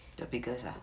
the biggest ah